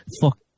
Fuck